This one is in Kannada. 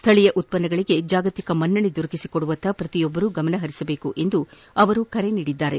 ಸ್ಥಳೀಯ ಉತ್ಪನ್ನಗಳಗೆ ಜಾಗತಿಕ ಮನ್ನಣೆ ದೊರಕಿಸಿ ಕೊಡುವತ್ತ ಪ್ರತಿಯೊಬ್ಬರು ಗಮನಹರಿಸಬೇಕು ಎಂದು ಅವರು ಹೇಳಿದರು